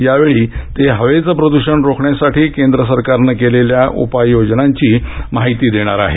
यावेळी ते हवेचं प्रदूषण रोखण्यासाठी केंद्र सरकारनं केलेल्या उपाय योजनांची माहिती देणार आहेत